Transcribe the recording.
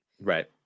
Right